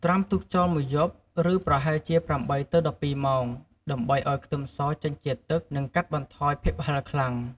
ត្រាំទុកចោលមួយយប់ ឬប្រហែលជា ៨ទៅ១២ ម៉ោង ដើម្បីឱ្យខ្ទឹមសចេញជាតិទឹក និងកាត់បន្ថយភាពហឹរខ្លាំង។